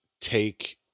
take